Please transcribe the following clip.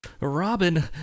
Robin